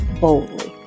boldly